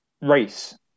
race